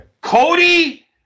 Cody